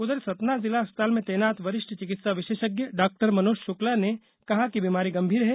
उधर सतना जिला अस्पताल में तैनात वरिष्ठ चिकित्सा विशेषज्ञ डॉक्टर मनोज शुक्ला ने कहा कि बीमारी गंभीर है